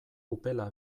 upela